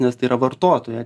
nes tai yra vartotoją